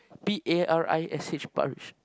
P A R I S H